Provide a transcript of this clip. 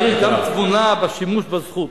צריך גם תבונה בשימוש בזכות.